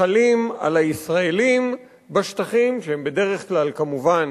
שחלים על הישראלים בשטחים שהם בדרך כלל כמובן